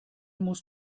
musst